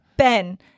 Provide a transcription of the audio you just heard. Ben